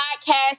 podcast